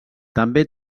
també